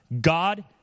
God